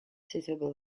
suitably